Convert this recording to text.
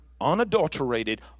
unadulterated